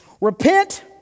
Repent